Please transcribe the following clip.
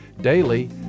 Daily